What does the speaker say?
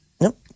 Nope